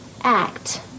act